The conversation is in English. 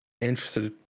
interested